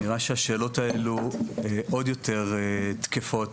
נראה שהשאלות האלו עוד יותר תקפות